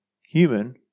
human